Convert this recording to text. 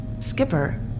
Skipper